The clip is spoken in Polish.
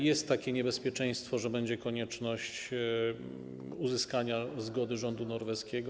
Jest takie niebezpieczeństwo, że będzie konieczność uzyskania zgody rządu norweskiego.